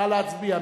נא להצביע.